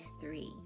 three